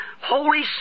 Holy